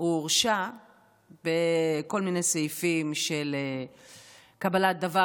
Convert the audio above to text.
הוא הורשע בכל מיני סעיפים של קבלת דבר